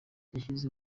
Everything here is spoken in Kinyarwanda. yashyize